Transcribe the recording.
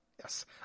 yes